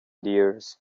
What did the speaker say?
dears